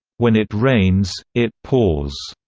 when it rains, it pours,